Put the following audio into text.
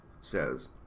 says